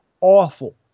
awful